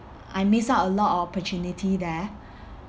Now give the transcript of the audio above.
I miss out a lot of opportunity there